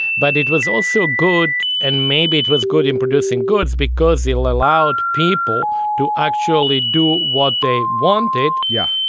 but it was also good and maybe it was good in producing goods because it allowed people to actually do what they wanted. yeah.